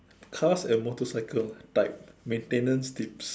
cars and motorcycle bike maintenance